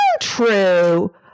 true